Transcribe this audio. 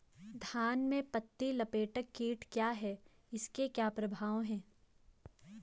धान में पत्ती लपेटक कीट क्या है इसके क्या प्रभाव हैं?